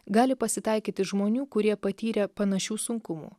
gali pasitaikyti žmonių kurie patyrė panašių sunkumų